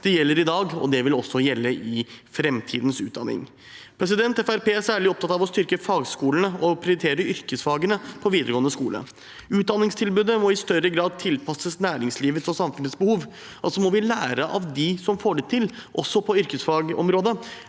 Det gjelder i dag, og det vil også gjelde i framtidens utdanning. Fremskrittspartiet er særlig opptatt av å styrke fagskolene og prioritere yrkesfagene på videregående skole. Utdanningstilbudet må i større grad tilpasses næringslivets og samfunnets behov. Vi må lære av dem som får det til, også på yrkesfagområdet.